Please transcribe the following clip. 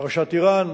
פרשת אירן,